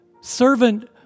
servant